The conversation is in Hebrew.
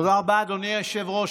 תודה רבה, אדוני היושב-ראש.